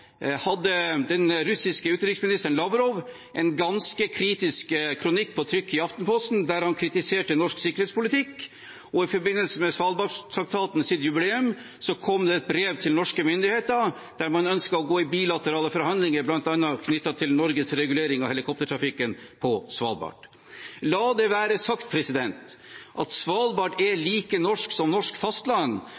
hadde den russiske utenriksministeren Lavrov en ganske kritisk kronikk på trykk i Aftenposten der han kritiserte norsk sikkerhetspolitikk. Og i forbindelse med Svalbardtraktatens jubileum kom det et brev til norske myndigheter der man ønsket å gå i bilaterale forhandlinger, bl.a. knyttet til Norges regulering av helikoptertrafikken på Svalbard. La det være sagt: Svalbard er like norsk som norsk fastland, og Svalbardtraktaten er